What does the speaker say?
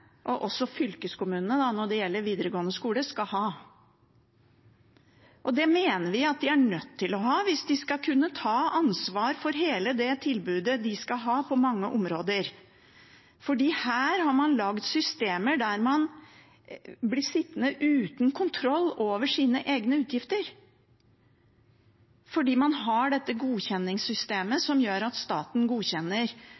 og også fylkeskommunene, når det gjelder videregående skole, skal ha. Det mener vi at de er nødt til å ha hvis de skal kunne ta ansvar for hele det tilbudet de skal ha på mange områder, for her har man lagd systemer der man blir sittende uten kontroll over sine egne utgifter fordi man har dette